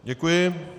Děkuji.